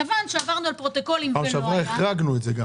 מכיוון שעברנו על פרוטוקולים וזה לא היה --- בפעם שעברה החרגנו את זה,